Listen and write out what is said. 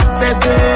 baby